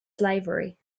slavery